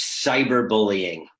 cyberbullying